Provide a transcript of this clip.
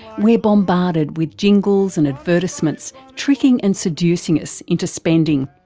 we're bombarded with jingles and advertisements, tricking and seducing us into spending.